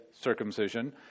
circumcision